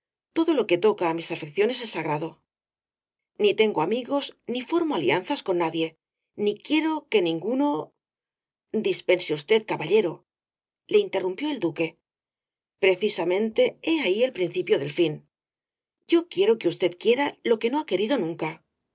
todo lo que toca á mis afecciones es sagrado ni tengo amigos ni formo alianzas con nadie ni quiero que ninguno dispense usted caballero le interrumpió el duque precisamente he ahí el principio del fin yo quiero que usted quiera lo que no ha querido nunca